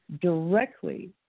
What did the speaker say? directly